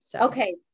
Okay